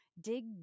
dig